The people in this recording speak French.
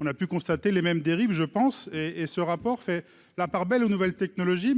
on a pu constater les mêmes dérives je pense et et ce rapport fait la part belle aux nouvelles technologies